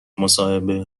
مصاحبه